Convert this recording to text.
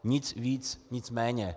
Nic víc, nicméně.